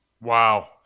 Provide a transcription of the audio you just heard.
Wow